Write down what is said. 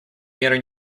меры